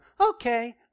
Okay